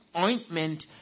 ointment